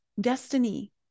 destiny